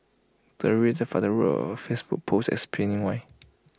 the irate father wrote A Facebook post explaining why